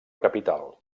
capital